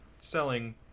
selling